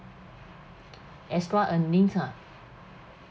extra earning ah